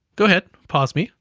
go ahead, pause me.